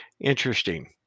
Interesting